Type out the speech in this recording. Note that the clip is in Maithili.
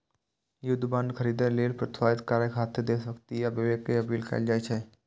युद्ध बांड खरीदै लेल प्रोत्साहित करय खातिर देशभक्ति आ विवेक के अपील कैल जाइ छै